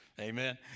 Amen